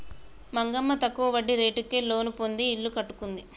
మంగమ్మ తక్కువ వడ్డీ రేటుకే లోను పొంది ఇల్లు కట్టుకుంది